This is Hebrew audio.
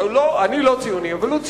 אני לא ציוני, אבל הוא ציוני,